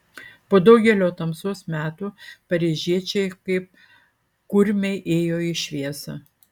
po daugelio tamsos metų paryžiečiai kaip kurmiai ėjo į šviesą